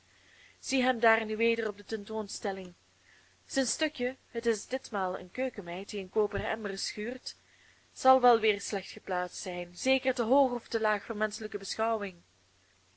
zie hem daar nu weder op de tentoonstelling zijn stukje het is ditmaal eene keukenmeid die een koperen emmer schuurt zal wel weer slecht geplaatst zijn zeker te hoog of te laag voor menschelijke beschouwing